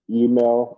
email